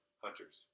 hunters